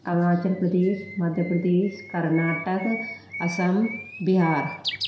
Arunachal Pradesh Madhya Pradesh Karnataka Assam Bihar